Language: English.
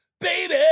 baby